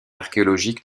archéologique